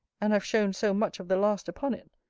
and have shown so much of the last upon it,